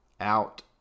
out –